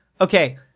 Okay